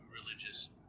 religious